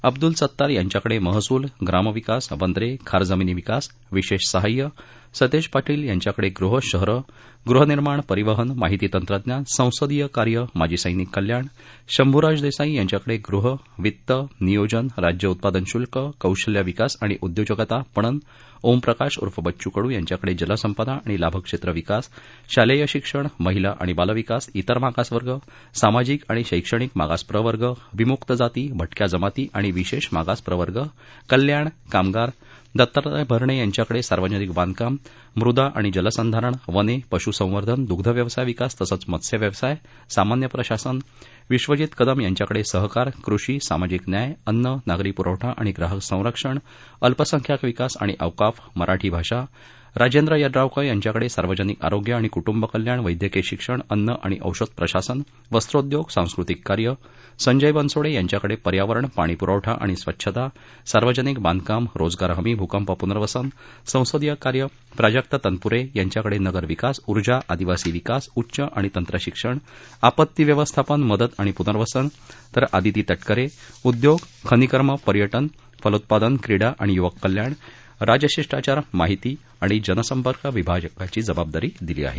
अब्दुल सत्तार यांच्याकडे महसूल ग्रामविकास बंदरे खार जमिनी विकास विशेष सहाय्य सतेज पार्पील यांच्याकडे गृहशहरे गृहनिर्माण परिवहन माहिती तंत्रज्ञान संसदीय कार्य माजी सर्पिक कल्याण शंभराज देसाई यांच्याकडे गह ग्रामीण वित्त नियोजन राज्य उत्पादन शल्क कौशल्य विकास आणि उद्योजकता पणन ओमप्रकाश उर्फ बच्चू कडू यांच्याकडे जलसंपदा आणि लाभक्षेत्र विकास शालेय शिक्षण महिला आणि बालविकास इतर मागासवर्ग सामाजिक आणि शक्तिणिक मागास प्रवर्ग विमूक्त जाती भार्क्या जमाती आणि विशेष मागास प्रवर्ग कल्याण कामगार दत्तात्रय भरणे यांच्याकडे सार्वजनिक बांधकाम सार्वजनिक उपक्रम वगळून मृदा आणि जलसंधारण वने पशुसंवर्धन दुग्धव्यवसाय विकास तसंच मत्स्यव्यवसाय सामान्य प्रशासन विश्वजीत कदम यांच्याकडे सहकार कृषी सामाजिक न्याय अन्न नागरी पूरवठा आणि ग्राहक संरक्षण अल्पसंख्यांक विकास आणि औकाफ मराठी भाषा राजेंद्र यड्रावकर यांच्याकडे सार्वजनिक आरोग्य आणि क्रांब कल्याण वस्क्रीय शिक्षण अन्न आणि औषध प्रशासन वस्त्रोद्योग सांस्कृतिक कार्य संजय बनसोडे यांच्याकडे पर्यावरण पाणी पुरवठा आणि स्वच्छता सार्वजनिक बांधकाम सार्वजनिक उपक्रम रोजगार हमी भूकंप पूनर्वसन संसदीय कार्य प्राजक्त तनपरे यांच्याकडे नगर विकास उर्जा आदिवासी विकास उच्च आणि तंत्र शिक्षण आपत्ती व्यवस्थापन मदत आणि पनर्वसन तर आदिती तक्रिरे उद्योग खनिकर्म पर्याज फलोत्पादन क्रिडा आणि युवक कल्याण राजशिष्टाचार माहिती आणि जनसंपर्क विभागाची जबाबदारी दिली आहे